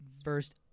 First